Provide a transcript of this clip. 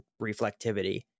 reflectivity